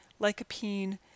lycopene